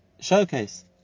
showcase